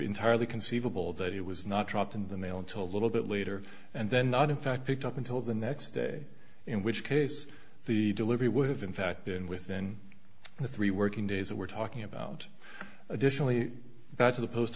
entirely conceivable that it was not dropped in the mail until a little bit later and then not in fact picked up until the next day in which case the delivery would have in fact been within the three working days that we're talking about additionally to the post